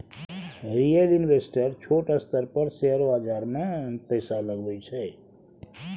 retail investor छोट स्तर पर शेयर बाजार मे पैसा लगबै छै